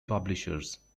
publishers